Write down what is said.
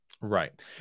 Right